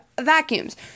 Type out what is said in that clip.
vacuums